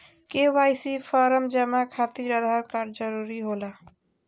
KYC form जमा खातिर Aadhaar card जरूरी होला?